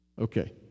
Okay